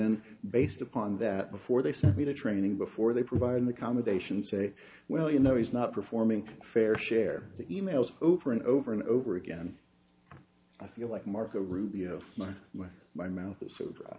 then based upon that before they sent me to training before they provided accommodations say well you know he's not performing fair share the e mails over and over and over again i feel like marco rubio my my my mouth